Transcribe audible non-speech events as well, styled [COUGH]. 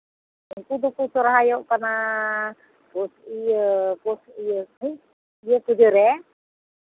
ᱩᱱᱠᱩ ᱫᱚᱠᱚ ᱥᱚᱨᱦᱟᱭᱚᱜ ᱠᱟᱱᱟ ᱯᱳᱥ ᱤᱭᱟᱹ ᱯᱳᱥ ᱤᱭᱟᱹ [UNINTELLIGIBLE] ᱯᱩᱡᱟᱹᱨᱮ